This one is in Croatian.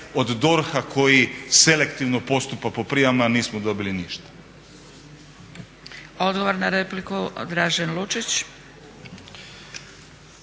od DORH-a koji selektivno postupa po prijavama nismo dobili ništa.